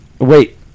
wait